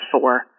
four